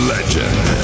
Legend